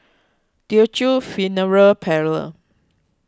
Teochew Funeral Parlour